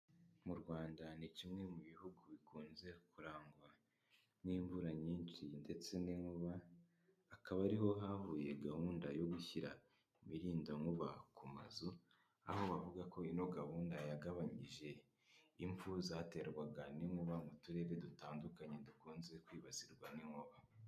Mu Rwanda ni kimwe mu bihugu bikunze kurangwa n'imvura nyinshi ndetse n'inkuba, hakaba ari ho havuye gahunda yo gushyira imirindankuba ku mazu, aho bavuga ko iyi gahunda yagabanyije imfu zaterwaga n'inkuba mu turere dutandukanye dukunze kwibasirwa n'inkuba.